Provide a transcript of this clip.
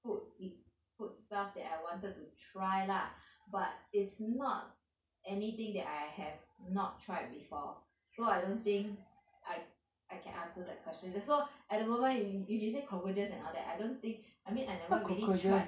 food it~ food stuff that I wanted to try lah but it's not anything that I have not tried before so I don't think I can answer that question also at the moment if if you say cockroaches and all that I don't think I mean never really tried